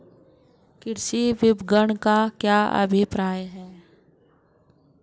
कृषि विपणन का क्या अभिप्राय है?